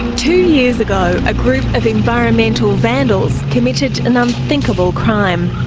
two years ago, a group of environmental vandals committed an unthinkable crime.